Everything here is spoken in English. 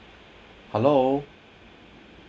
hello